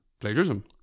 plagiarism